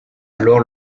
alors